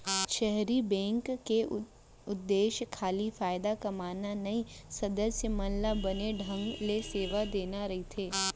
सहकारी बेंक के उद्देश्य खाली फायदा कमाना नइये, सदस्य मन ल बने ढंग ले सेवा देना रइथे